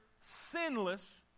sinless